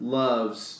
loves